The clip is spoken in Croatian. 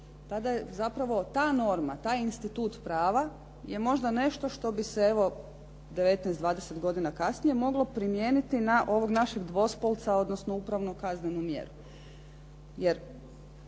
Tada je zapravo ta norma, taj institut prava je možda nešto što bi se evo 19, 20 godina kasnije moglo primijeniti na ovog našeg dvospolca odnosno upravno-kaznenu mjeru.